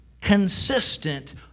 Consistent